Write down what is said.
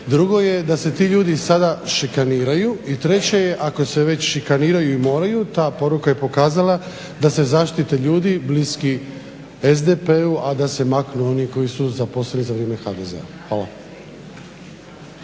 Drugo je da se ti ljudi sada šikaniraju i treće je ako se već šikaniraju i moraju ta poruka je pokazala da se zaštita ljudi bliskih SDP-u a da se maknu oni koji su zaposleni za vrijeme HDZ-a. Hvala.